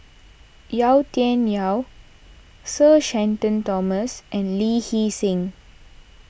Yau Tian Yau Sir Shenton Thomas and Lee Hee Seng